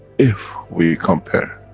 if we compare